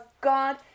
God